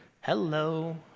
Hello